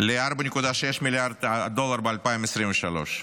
ל-4.6 מיליארד דולר ב-2023.